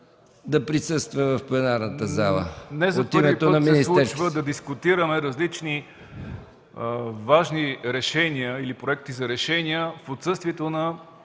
да присъства в пленарната зала от името на Министерския